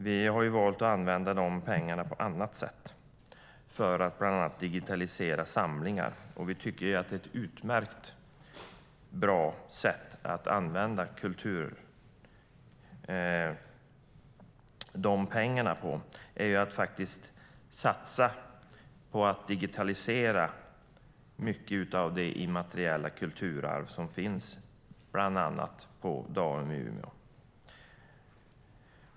Vi har valt att använda de pengarna på annat sätt, bland annat till att digitalisera samlingar. Vi tycker att ett utmärkt bra sätt att använda de pengarna är att satsa på att digitalisera mycket av det immateriella kulturarv som finns, bland annat på DAUM i Umeå.